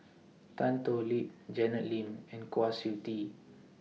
Tan Thoon Lip Janet Lim and Kwa Siew Tee